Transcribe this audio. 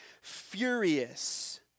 furious